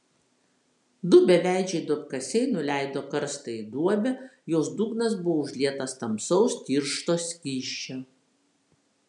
du beveidžiai duobkasiai nuleido karstą į duobę jos dugnas buvo užlietas tamsaus tiršto skysčio